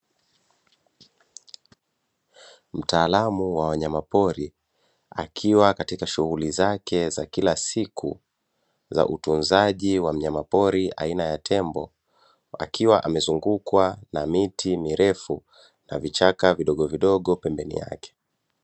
Mtaalam wa wanyama pori akiwa katika shughuli zake za kila siku za utunzaji wa mnyama pori aina ya tembo akiwa amezungukwa na miti mirefu na vichaka vidogo vidogo pembeni yake.